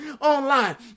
online